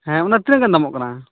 ᱦᱮᱸ ᱚᱱᱟ ᱛᱤᱱᱟᱜ ᱜᱟᱱ ᱫᱟᱢᱚᱜ ᱠᱟᱱᱟ